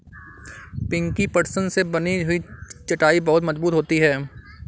पिंकी पटसन से बनी हुई चटाई बहुत मजबूत होती है